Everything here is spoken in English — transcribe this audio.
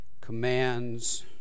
commands